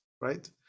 right